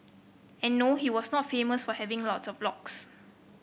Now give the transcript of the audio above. and no he was not famous for having lots of locks